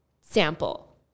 sample